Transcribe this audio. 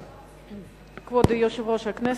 כבוד יושב-ראש הכנסת,